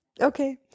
okay